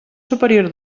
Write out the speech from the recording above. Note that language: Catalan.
superior